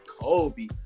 kobe